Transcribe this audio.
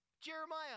Jeremiah